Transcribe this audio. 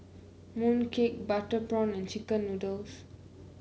mooncake Butter Prawn and chicken noodles